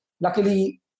Luckily